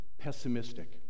pessimistic